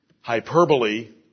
Hyperbole